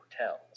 hotels